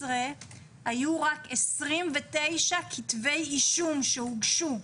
היו רק 29 כתבי אישום שהוגשו,